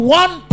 one